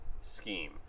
scheme